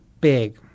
big